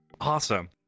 Awesome